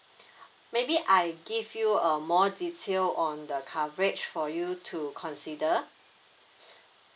maybe I give you a more detail on the coverage for you to consider